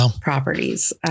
properties